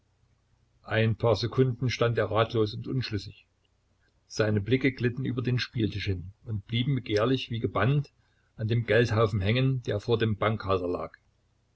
ein paar sekunden stand er ratlos und unschlüssig seine blicke glitten über den spieltisch hin und blieben begehrlich wie gebannt an dem geldhaufen hängen der vor dem bankhalter lag